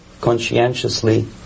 conscientiously